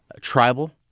Tribal